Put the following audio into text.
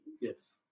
Yes